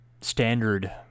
standard